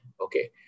Okay